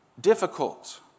difficult